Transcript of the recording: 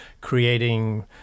creating